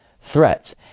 threats